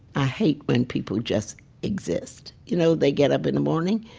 i hate when people just exist. you know they get up in the morning,